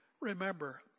remember